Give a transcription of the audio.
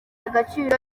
agaciro